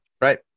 Right